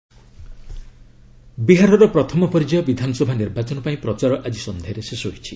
Bihar election ବିହାରର ପ୍ରଥମ ପର୍ଯ୍ୟାୟ ବିଧାନସଭା ନିର୍ବାଚନ ପାଇଁ ପ୍ରଚାର ଆଜି ସନ୍ଧ୍ୟାରେ ଶେଷ ହୋଇଛି